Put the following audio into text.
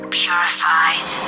purified